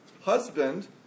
husband